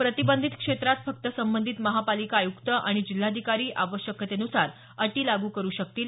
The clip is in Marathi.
प्रतिबंधित क्षेत्रात फक्त संबंधित महापालिका आयुक्त आणि जिल्हाधिकारी आवश्यकतेनुसार अटी लागू करु शकतील